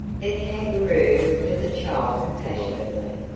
the kangaroo looked at the child compassionately.